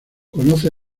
conoce